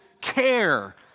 care